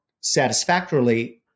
satisfactorily